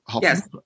Yes